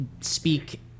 speak